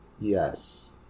Yes